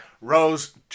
Rose